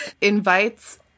invites